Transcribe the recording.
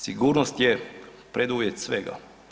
Sigurnost je preduvjet svega.